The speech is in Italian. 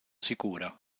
sicura